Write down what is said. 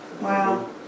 Wow